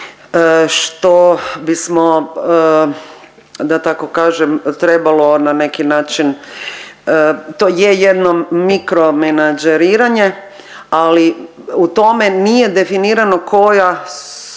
što bismo da tako kažemtrebalo na neki način to je jedno mikro menađeriranje, ali u tome nije definirano tko